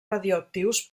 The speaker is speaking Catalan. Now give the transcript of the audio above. radioactius